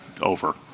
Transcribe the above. over